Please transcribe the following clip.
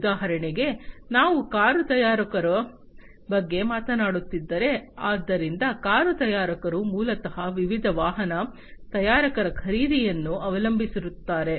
ಉದಾಹರಣೆಗೆ ನಾವು ಕಾರು ತಯಾರಕರ ಬಗ್ಗೆ ಮಾತನಾಡುತ್ತಿದ್ದರೆ ಆದ್ದರಿಂದ ಕಾರು ತಯಾರಕರು ಮೂಲತಃ ವಿವಿಧ ವಾಹನ ತಯಾರಕರ ಖರೀದಿಯನ್ನು ಅವಲಂಬಿಸಿರುತ್ತಾರೆ